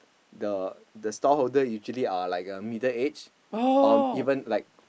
the the stall holder usually are like uh middle age or even like the